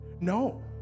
no